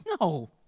No